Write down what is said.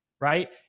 Right